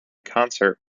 concert